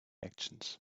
actions